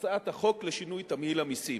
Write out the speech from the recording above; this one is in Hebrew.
הצעת החוק לשינוי תמהיל המסים.